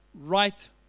right